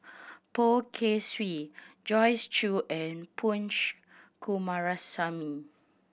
Poh Kay Swee Joyce Jue and Punch Coomaraswamy